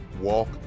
walk